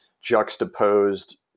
juxtaposed